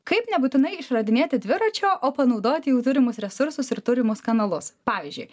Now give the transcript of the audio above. kaip nebūtinai išradinėti dviračio o panaudoti jau turimus resursus ir turimus kanalus pavyzdžiui